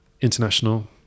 International